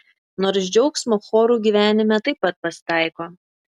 nors džiaugsmo chorų gyvenime taip pat pasitaiko